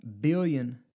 billion